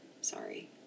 Sorry